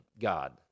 God